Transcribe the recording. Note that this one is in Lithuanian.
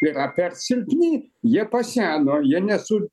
yra per silpni jie paseno jie nesu